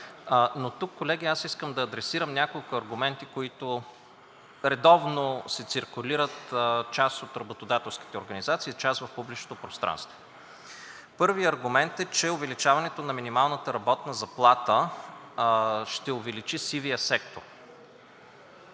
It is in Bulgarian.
Тук, колеги, аз искам да адресирам няколко аргумента, които редовно циркулират в част от работодателските организации и в част от публичното пространство. Първият аргумент е, че увеличаването на минималната работна заплата ще увеличи сивия сектор.